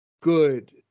good